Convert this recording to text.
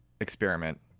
experiment